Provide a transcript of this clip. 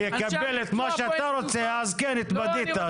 שאני אקבל את מה שאתה רוצה אז כן, התבדית.